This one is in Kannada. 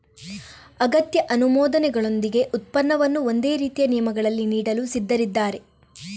ಅಗತ್ಯ ಅನುಮೋದನೆಗಳೊಂದಿಗೆ ಉತ್ಪನ್ನವನ್ನು ಒಂದೇ ರೀತಿಯ ನಿಯಮಗಳಲ್ಲಿ ನೀಡಲು ಸಿದ್ಧರಿದ್ದಾರೆ